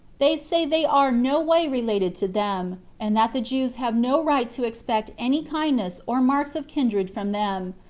they say they are no way related to them, and that the jews have no right to expect any kindness or marks of kindred from them,